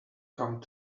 come